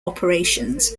operations